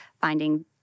finding